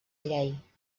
llei